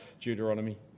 Deuteronomy